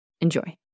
Enjoy